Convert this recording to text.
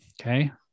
Okay